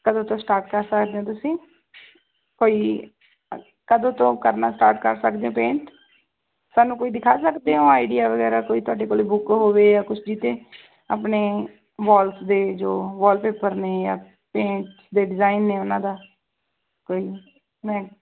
ਕਦੋਂ ਤੋਂ ਸਟਾਰਟ ਕਰ ਸਕਦੇ ਹੋ ਤੁਸੀਂ ਕੋਈ ਕਦੋਂ ਤੋਂ ਕਰਨਾ ਸਟਾਰਟ ਕਰ ਸਕਦੇ ਹੋ ਪੇਂਟ ਸਾਨੂੰ ਕੋਈ ਦਿਖਾ ਸਕਦੇ ਹੋ ਆਈਡੀਆ ਵਗੈਰਾ ਕੋਈ ਤੁਹਾਡੇ ਕੋਲ ਬੁੱਕ ਹੋਵੇ ਜਾਂ ਕੁਛ ਜਿਹਤੇ ਆਪਣੇ ਵਾਲਸ ਦੇ ਜੋ ਵਾਲਪੇਪਰ ਨੇ ਜਾਂ ਪੇਂਟ ਦੇ ਡਿਜ਼ਾਇਨ ਨੇ ਉਹਨਾਂ ਦਾ ਕੋਈ ਨਹੀਂ